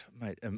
Mate